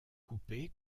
coupé